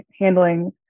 handling